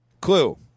Clue